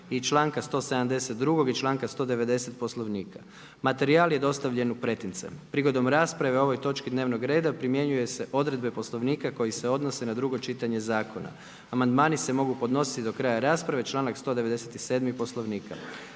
i članka 172. i članka 190. Poslovnika. Materijal je dostavljen u pretince. Prigodom rasprave o ovoj točci dnevnog reda, primjenjuju se odredbe Poslovnika koji se odnose na drugo čitanje zakona. Amandmani se mogu podnositi do kraja rasprave članak 197. Poslovnika.